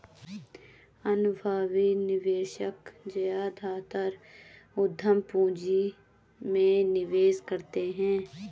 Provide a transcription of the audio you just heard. अनुभवी निवेशक ज्यादातर उद्यम पूंजी में निवेश करते हैं